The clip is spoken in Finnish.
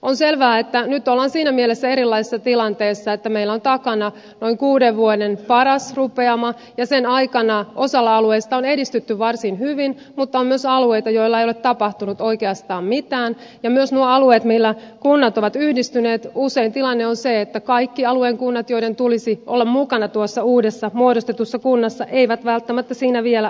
on selvää että nyt ollaan siinä mielessä erilaisessa tilanteessa että meillä on takana noin kuuden vuoden paras rupeama ja sen aikana osalla alueista on edistytty varsin hyvin mutta on myös alueita joilla ei ole tapahtunut oikeastaan mitään ja myös noilla alueilla millä kunnat ovat yhdistyneet usein tilanne on se että kaikki alueen kunnat joiden tulisi olla mukana tuossa uudessa muodostetussa kunnassa eivät välttämättä siinä vielä ole